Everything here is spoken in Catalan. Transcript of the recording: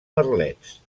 merlets